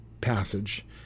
passage